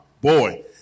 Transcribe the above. boy